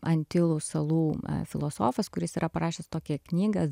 antilų salų filosofas kuris yra parašęs tokią knygą